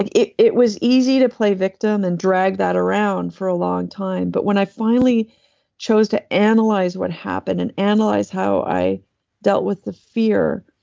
it it was easy to play victim and drag that around for a long time, but when i finally chose to analyze what happened and analyze how i dealt with the fear,